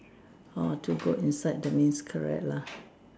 orh two goat inside that means correct lah